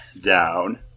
down